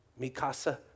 Mikasa